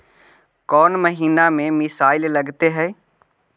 कौन महीना में मिसाइल लगते हैं?